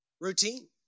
routine